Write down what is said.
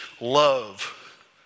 love